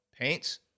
paints